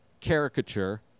caricature